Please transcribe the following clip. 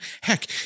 Heck